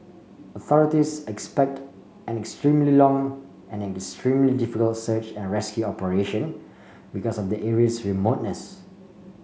authorities expect an extremely long and extremely difficult search and rescue operation because of the area's remoteness